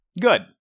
Good